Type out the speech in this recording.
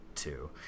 two